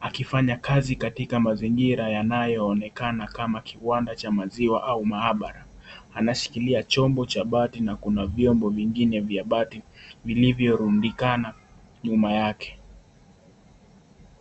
akifanya kazi katika mazingira yanayoonekana kama kiwanda cha maziwa au maabara. Anashikilia chombo cha bati na kuna vyombo vingine vya bati vilivyorundikana nyuma yake.